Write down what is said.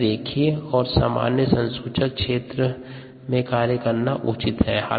अतः रेखीय क्षेत्र और सामान्य संसूचक क्षेत्र में कार्य करना उचित है